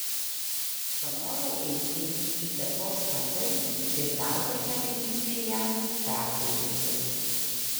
panorau eiti į tetos kambarį ir dar kartą mėginti ją perkalbėti